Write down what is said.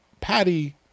Patty